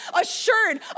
assured